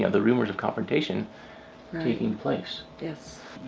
yeah the rumors of confrontation taking place. yes,